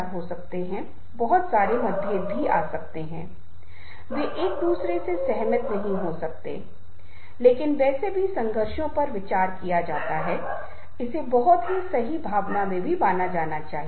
वह साझा करने में सक्षम होना चाहिए दूसरों से मदद लेने के लिए दूसरे को यह भी महसूस कराना चाहिए कि वे भी भागीदार हैं वे भी मदद कर रहे हैं वे भी इस तरह की भावना का योगदान कर रहे हैं उन्हें जाना चाहिए